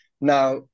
Now